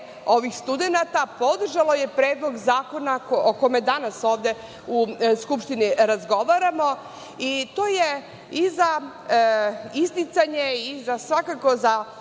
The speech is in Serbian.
studenata, podržalo je Predlog zakona o kome danas ovde u Skupštini razgovaramo. To je i za isticanje i svakako za